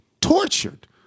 tortured